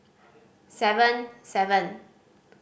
seven seven